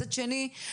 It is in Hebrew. מצד שני,